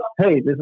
Hey